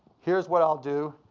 here's what i'll do.